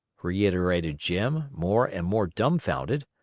reiterated jim, more and more dumfounded.